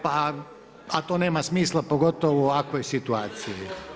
Pa, a to nema smisla, pogotovo u ovakvoj situaciji.